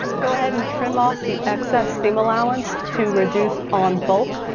go ahead and trim off the excess seam allowance to reduce on bulk.